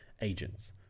Agents